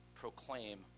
proclaim